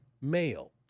male